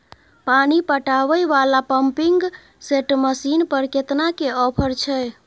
पानी पटावय वाला पंपिंग सेट मसीन पर केतना के ऑफर छैय?